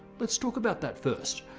let's talk about that first.